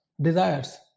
desires